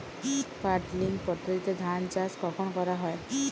Puddling পদ্ধতিতে ধান চাষ কখন করা হয়?